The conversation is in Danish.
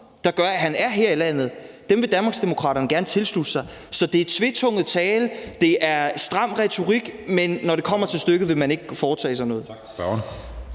der gør, at han er her i landet, vil Danmarksdemokraterne gerne tilslutte sig. Så det er tvetunget tale. Det er stram retorik, men når det kommer til stykket, vil man ikke foretage sig noget.